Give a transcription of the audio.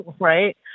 right